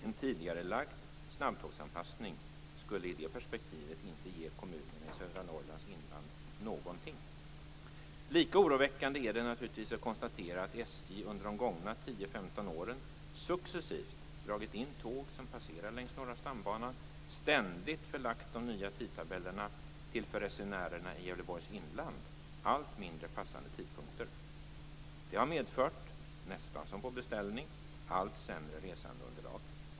En tidigarelagd snabbtågsanpassning skulle i det perspektivet inte ge kommunerna i södra Lika oroväckande är det naturligtvis att konstatera att SJ under de gångna 10-15 åren successivt dragit in tåg som passerar längs Norra stambanan och ständigt förlagt de nya tidtabellerna till för resenärerna i Gävleborgs inland allt mindre passande tidpunkter. Det har medfört, nästan som på beställning, allt sämre resandeunderlag.